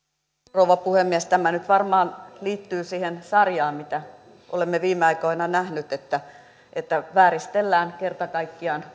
rouva puhemies tämä nyt varmaan liittyy siihen sarjaan mitä olemme viime aikoina nähneet että vääristellään kerta kaikkiaan